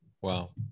wow